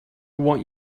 want